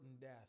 death